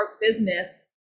business